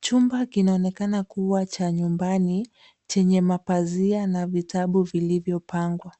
Chumba kinaonekana kuwa cha nyumbani chenye mapazia na vitabu vilivyo pangwa.